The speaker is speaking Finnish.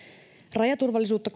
rajaturvallisuutta